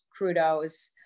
crudos